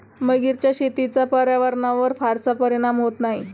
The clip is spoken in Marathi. मगरीच्या शेतीचा पर्यावरणावर फारसा परिणाम होत नाही